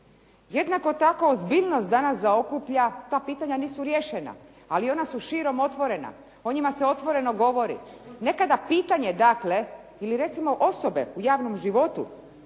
Jednako tako ozbiljnost danas zaokuplja, ta pitanja nisu riješena, ali ona su širom otvorena. O njima se otvoreno govori. Nekada pitanje dakle ili recimo osobe u javnom životu